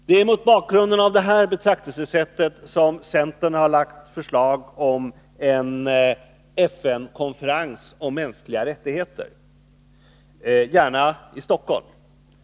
Det är mot bakgrund av detta betraktelsesätt som centern har lagt fram förslag om en FN-konferens om mänskliga rättigheter, gärna i Stockholm.